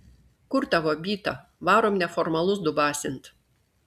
kur tavo byta varom neformalus dubasint